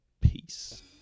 Peace